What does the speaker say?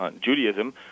Judaism